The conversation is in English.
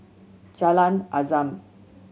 Jalan Azam